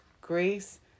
grace